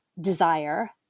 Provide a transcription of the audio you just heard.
desire